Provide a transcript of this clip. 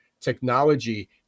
technology